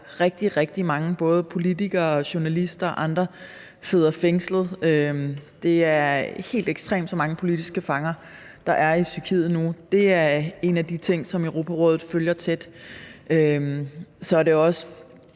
rigtig, rigtig mange, både politikere og journalister og andre, sidder fængslet. Det er helt ekstremt, så mange politiske fanger der er i Tyrkiet nu. Det er en af de ting, som Europarådet følger tæt.